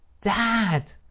Dad